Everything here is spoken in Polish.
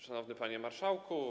Szanowny Panie Marszałku!